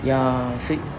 ya see